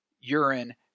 urine